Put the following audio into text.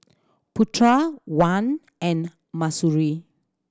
Putra Wan and Mahsuri